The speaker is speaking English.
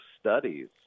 studies